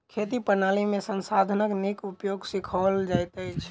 खेती प्रणाली में संसाधनक नीक उपयोग सिखाओल जाइत अछि